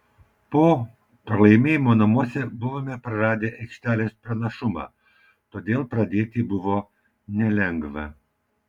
po pralaimėjimo namuose buvome praradę aikštelės pranašumą todėl pradėti buvo nelengva